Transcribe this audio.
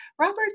Robert